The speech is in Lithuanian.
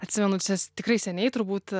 atsiminu čia tikrai seniai turbūt